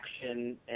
action